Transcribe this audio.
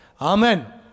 Amen